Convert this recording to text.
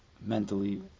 mentally